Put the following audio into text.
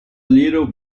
little